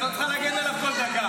את לא צריכה להגן עליו כל דקה.